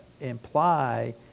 imply